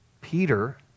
Peter